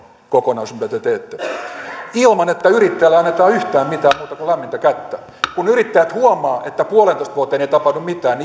kokonaisuus mitä te teette ilman että yrittäjälle annetaan yhtään mitään muuta kuin lämmintä kättä kun yrittäjät huomaavat että puoleentoista vuoteen ei tapahdu mitään